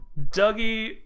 dougie